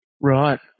Right